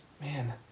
Man